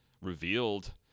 revealed